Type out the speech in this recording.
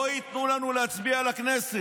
שבו לא ייתנו להצביע לכנסת.